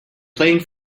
playing